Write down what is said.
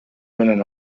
менен